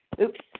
Oops